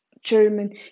German